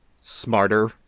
smarter